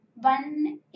one